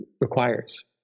requires